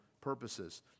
purposes